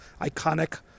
iconic